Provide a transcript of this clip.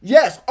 Yes